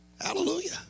Hallelujah